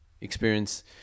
experience